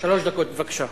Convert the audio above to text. שלוש דקות, בבקשה.